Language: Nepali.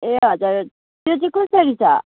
ए हजुर त्यो चाहिँ कसरी छ